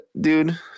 dude